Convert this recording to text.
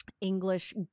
English